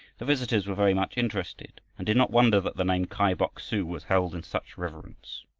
the visitors were very much interested and did not wonder that the name kai bok-su was held in such reverence.